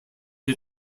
had